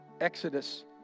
Exodus